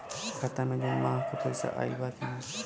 खाता मे जून माह क पैसा आईल बा की ना?